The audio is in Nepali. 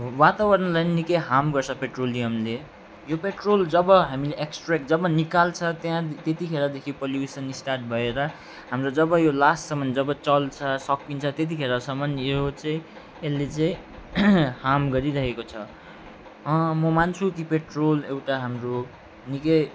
वातावरणलाई नि निकै हार्म गर्छ पेट्रोलियमले यो पेट्रोल जब हामीले एक्सट्रा जब निकाल्छ त्यहाँदेखि त्यतिखेरदेखि पोलुसन स्टार्ट भएर हाम्रो जब यो लास्टसम्म जब चल्छ सकिन्छ त्यतिखेरसम्म यो चाहिँ यसले चाहिँ हार्म गरिरहेको छ म मान्छु कि पेट्रोल एउटा हाम्रो निकै